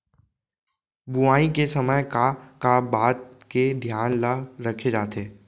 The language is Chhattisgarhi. बुआई के समय का का बात के धियान ल रखे जाथे?